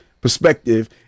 perspective